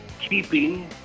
keeping